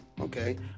Okay